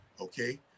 okay